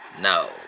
No